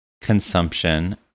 consumption